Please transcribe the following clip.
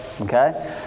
okay